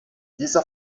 dieser